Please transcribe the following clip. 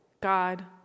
God